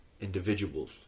individuals